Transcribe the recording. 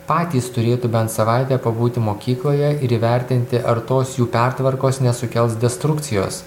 patys turėtų bent savaitę pabūti mokykloje ir įvertinti ar tos jų pertvarkos nesukels destrukcijos